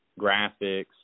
graphics